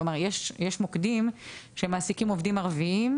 כלומר יש מוקדים שמעסיקים עובדים ערבים,